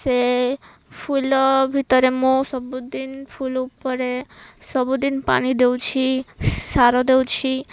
ସେ ଫୁଲ ଭିତରେ ମୁଁ ସବୁଦିନ ଫୁଲ ଉପରେ ସବୁଦିନ ପାଣି ଦେଉଛି ସାର ଦେଉଛି